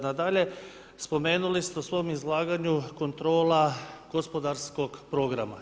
Nadalje, spomenuli ste u svom izlaganju, kontrola gospodarskog programa.